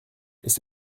c’est